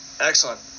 Excellent